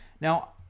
Now